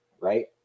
right